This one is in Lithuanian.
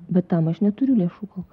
bet tam aš neturiu lėšų